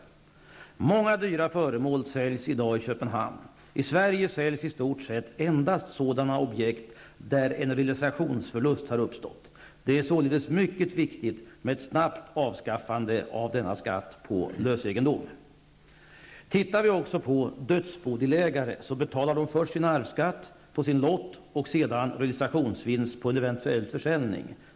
Många dyra föremål säljs i dag i Köpenhamn. I Sverige säljs i stort sett endast objekt för vilka en realisationsförlust har uppstått. Det är således mycket viktigt med ett snabbt avskaffande av denna skatt på lösegendom. Man kan vidare konstatera att dödsbodelägare först betalar arvsskatt på sin lott och sedan skatt på realisationsvinst i samband med en eventuell försäljning.